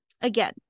again